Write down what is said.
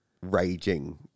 raging